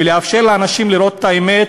ולאפשר לאנשים לראות את האמת,